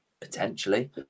potentially